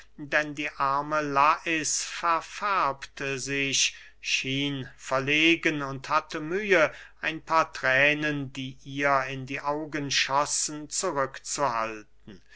denn die arme lais verfärbte sich schien verlegen und hatte mühe ein paar thränen die ihr in die augen schossen zurückzuhalten